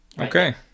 Okay